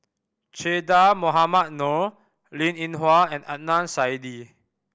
Che Dah Mohamed Noor Linn In Hua and Adnan Saidi